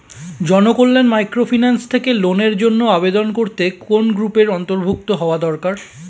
Janakalyan microfinance থেকে লোনের জন্য আবেদন করতে কোন গ্রুপের অন্তর্ভুক্ত হওয়া দরকার?